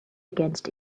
against